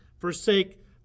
forsake